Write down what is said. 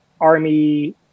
army